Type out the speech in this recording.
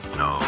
no